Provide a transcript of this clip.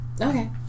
Okay